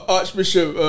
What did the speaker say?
Archbishop